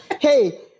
hey